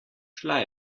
šla